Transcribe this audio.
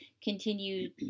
continue